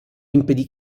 impedì